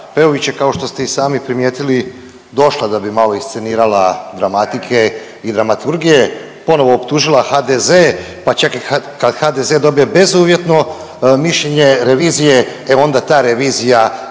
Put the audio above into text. Peović je kao što ste i sami primijetili došla da bi malo iscenirala dramatike i dramaturgije, ponovo optužila HDZ pa čak i kad HDZ dobije bezuvjetno mišljenje revizije e onda ta revizija